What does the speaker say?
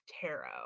tarot